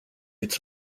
its